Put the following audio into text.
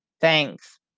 Thanks